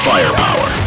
Firepower